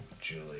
Julie